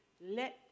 Let